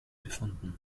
befunden